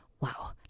Wow